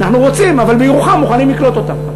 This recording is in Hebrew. אנחנו רוצים, אבל בירוחם מוכנים לקלוט אותם.